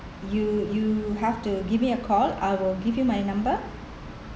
you you have to give me a call I will give you my number